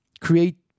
create